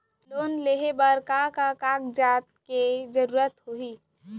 Loan लेहे बर का का कागज के जरूरत होही?